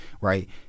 Right